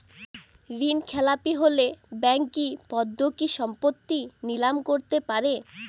ঋণখেলাপি হলে ব্যাঙ্ক কি বন্ধকি সম্পত্তি নিলাম করতে পারে?